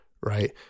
Right